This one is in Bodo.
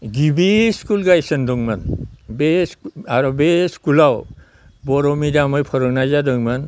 गिबि स्कुल गायसनदोंमोन आरो बे स्कुलाव बर' मिडियामआव फोरोंनाय जादोंमोन